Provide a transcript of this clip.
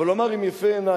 אבל הוא אמר: עם "יפה עיניים".